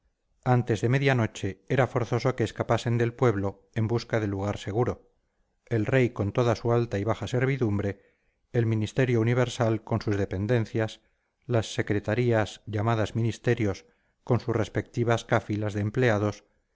antes de media noche era forzoso que escapasen del pueblo en busca de lugar seguro el rey con toda su alta y baja servidumbre el ministerio universal con sus dependencias las secretarías llamadasministerios con sus respectivas cáfilas de empleados